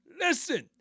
listen